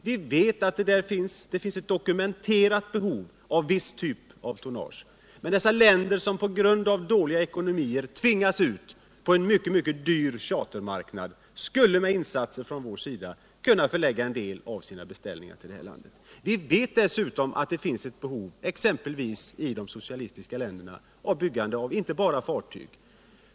Vi vet att det där finns ett dokumenterat behov av viss typ av tonnage. Men dessa länder, som på grund av dåliga ekonomier tvingas ut på en mycket dyr chartermarknad, skulle med insatser från vår sida kunna förlägga en del av sina beställningar till vårt land. Vi vet dessutom att det finns ett behov exempelvis i de socialistiska länderna av byggande av även annat än fartyg.